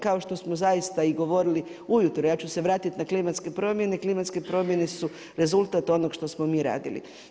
Kao što smo zaista i govorili ujutro, ja ću se vratiti na klimatske promjene, klimatske promjene su rezultat onoga što smo mi radili.